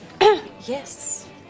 yes